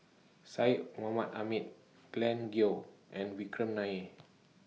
Syed Mohamed Ahmed Glen Goei and Vikram Nair